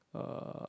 uh